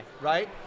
right